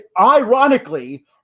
ironically